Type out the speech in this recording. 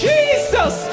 Jesus